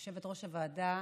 יושבת-ראש הוועדה,